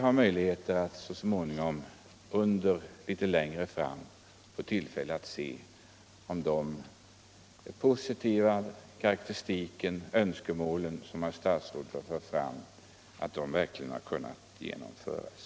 Jag förmodar att vi litet längre fram får tillfälle att se om de önskemål herr statsrådet har fört fram verkligen har kunnat genomföras.